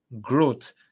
growth